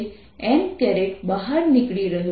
અને આ ચાર્જ આજુબાજુ ચાલી રહ્યો છે